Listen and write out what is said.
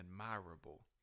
admirable